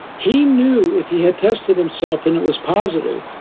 he knew if he had tested himself and it was positive,